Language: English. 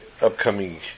upcoming